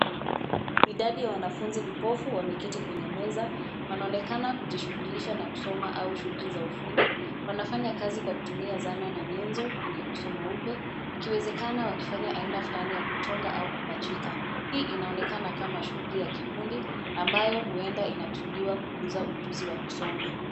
Idadi ya wanafunzi vipofu wameketi kwenye meza, wanaonekana kujishughulisha na kusoma au shughuli za ufundi. Wanafanya kazi kwa kutumia zana na nyenzo kwenye uso mweupe. Ikiwezekana wakifanya aina flani ya kuchonga au kupachika. Hii inaonekana kama shughuli ya kikundi ambayo huenda inakusudiwa kukuza ujuzi wa kusoma.